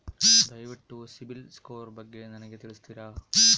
ದಯವಿಟ್ಟು ಸಿಬಿಲ್ ಸ್ಕೋರ್ ಬಗ್ಗೆ ನನಗೆ ತಿಳಿಸ್ತೀರಾ?